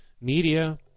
media